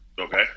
okay